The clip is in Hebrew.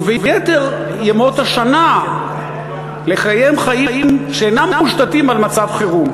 וביתר ימות השנה לקיים חיים שאינם מושתתים על מצב חירום.